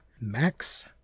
Max